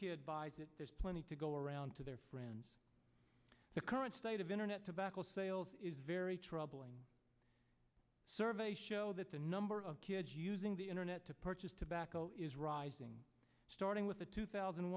kid buys it there's plenty to go around to their friends the current state of internet tobacco sales is very troubling surveys show that the number of kids using the internet to purchase tobacco is rising starting with the two thousand and